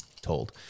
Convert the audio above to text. told